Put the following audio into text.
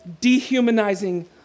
dehumanizing